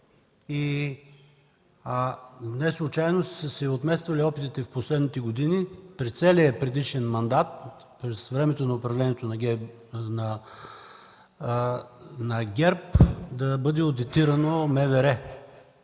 Неслучайно са се отмествали опитите през последните години, през целия предишен мандат на управлението на ГЕРБ, да бъде одитирано МВР.